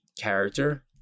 character